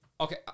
Okay